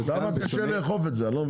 למה קשה לאכוף את זה אני לא מבין?